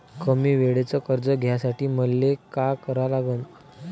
कमी वेळेचं कर्ज घ्यासाठी मले का करा लागन?